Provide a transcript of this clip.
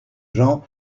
gens